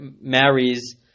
marries